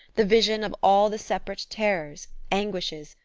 the vision of all the separate terrors, anguishes,